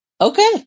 Okay